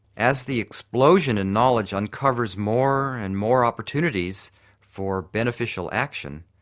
as the explosion in knowledge uncovers more and more opportunities for beneficial action,